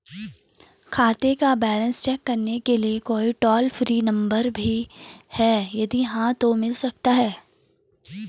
खाते का balance check करने के लिए कोई टॉल फ्री नम्बर भी है यदि हाँ तो मिल सकता है?